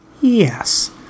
Yes